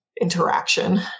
interaction